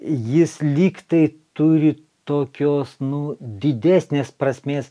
jis lyg tai turi tokios nu didesnės prasmės